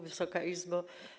Wysoka Izbo!